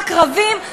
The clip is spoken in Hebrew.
רק רבים,